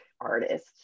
artist